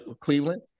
Cleveland